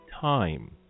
time